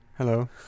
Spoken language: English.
Hello